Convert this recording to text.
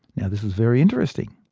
yeah this was very interesting.